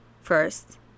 first